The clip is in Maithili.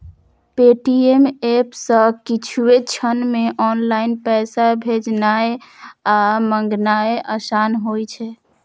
पे.टी.एम एप सं किछुए क्षण मे ऑनलाइन पैसा भेजनाय आ मंगेनाय आसान होइ छै